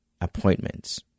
appointments